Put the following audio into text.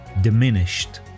diminished